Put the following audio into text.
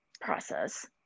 process